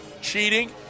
Cheating